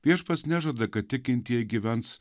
viešpats nežada kad tikintieji gyvens